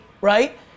right